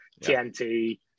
TNT